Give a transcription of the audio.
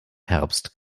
herbst